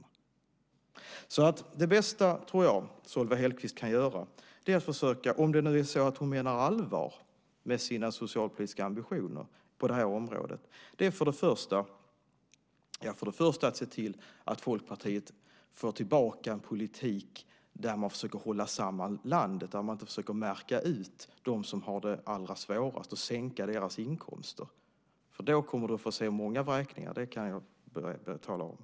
Jag tror att det bästa som Solveig Hellquist kan göra, om hon nu menar allvar med sina socialpolitiska ambitioner på det här området, är först och främst att se till att Folkpartiet får tillbaka en politik där man försöker hålla samman landet, som inte försöker märka ut dem som har det allra svårast och sänka deras inkomster. Annars kommer du att få se många vräkningar kan jag tala om.